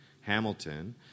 Hamilton